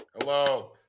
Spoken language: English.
hello